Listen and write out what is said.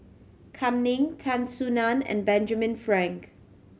Kam Ning Tan Soo Nan and Benjamin Frank